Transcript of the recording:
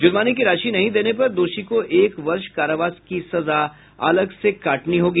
जुर्माने की राशि नहीं देने पर दोषी को एक वर्ष कारावास की सजा अलग से काटनी होगी